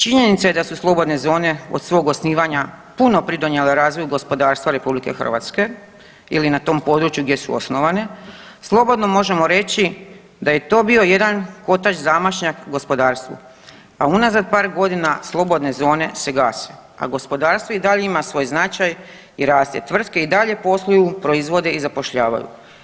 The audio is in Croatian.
Činjenica je da su slobodne zone od svog osnivanja puno pridonijele razvoju gospodarstva RH ili na tom području gdje su osnovane, slobodno možemo reći da je to bio jedan kotač, zamašnjak gospodarstvu, a unazad par godina slobodne zone se gase, a gospodarstvo i dalje ima svoj značaj i rast, a tvrtke i dalje posluju, proizvode i zapošljavaju.